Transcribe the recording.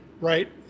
right